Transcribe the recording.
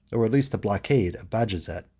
or at least the blockade, of bajazet.